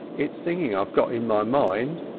it's singing i've got in my mind.